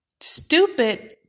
Stupid